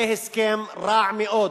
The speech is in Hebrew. זה הסכם רע מאוד,